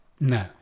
No